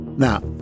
Now